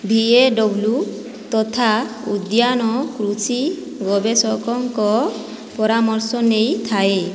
VAW ତଥା ଉଦ୍ୟାନ କୃଷି ଗବେଷକଙ୍କ ପରାମର୍ଶ ନେଇଥାଏ